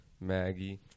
Maggie